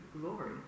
glory